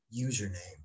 username